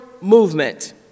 movement